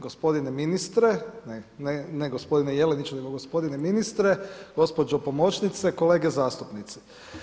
Gospodine ministre, ne gospodine Jelinić nego gospodine ministre, gospođo pomoćnice, kolege zastupnici.